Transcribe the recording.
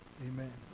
Amen